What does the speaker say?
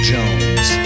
Jones